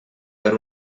per